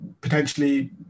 potentially